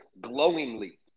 glowingly